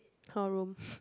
her room